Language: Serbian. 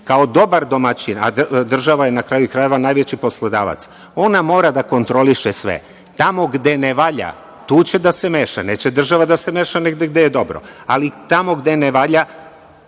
Kao dobar domaćin, a država je na kraju krajeva najveći poslodavac, ona mora da kontroliše sve. Tamo gde ne valja, tu će da se meša, neće država da se meše negde gde je dobro, ali tamo gde ne valja,